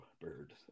bird